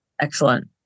Excellent